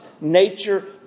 nature